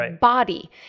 body